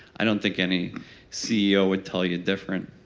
i don't think any ceo would tell you different